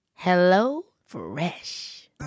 HelloFresh